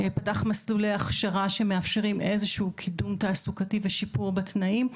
פתח מסלולי הכשרה שמאפשרים איזה שהוא קידום תעסוקתי ושיפור בתנאים,